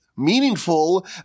Meaningful